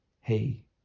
hey